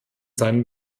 seinen